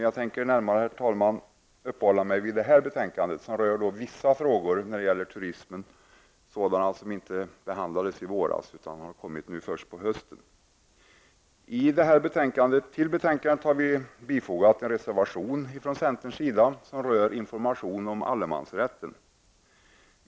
Jag skall, herr talman, närmare uppehålla mig vid föreliggande betänkande som rör vissa frågor om turismen. Det är frågor som inte behandlades i våras men som har kommit fram nu under hösten. Centern har fogat en reservation till betänkandet, och den rör information om allemansrätten.